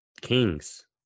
kings